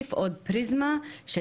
להוסיף גם פריזמה נוספת,